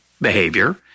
behavior